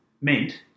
meant